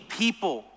people